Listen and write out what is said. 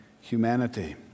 humanity